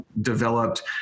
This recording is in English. developed